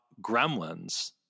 gremlins